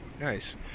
nice